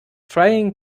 trying